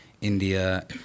India